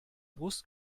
brust